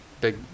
Big